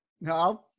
No